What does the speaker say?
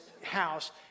house